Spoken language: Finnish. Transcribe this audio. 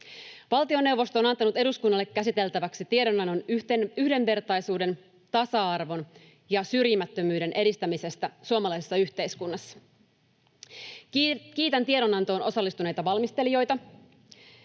Valtioneuvosto on antanut eduskunnalle käsiteltäväksi tiedonannon yhdenvertaisuuden, tasa-arvon ja syrjimättömyyden edistämisestä suomalaisessa yhteiskunnassa. Kiitän tiedonantoon osallistuneita valmistelijoita,